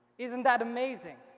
isn't that amazing?